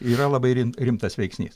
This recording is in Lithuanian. yra labai ri rimtas veiksnys